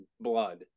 blood